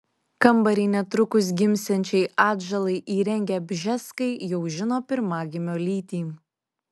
kambarį netrukus gimsiančiai atžalai įrengę bžeskai jau žino pirmagimio lytį